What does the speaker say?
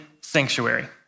sanctuary